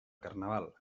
carnaval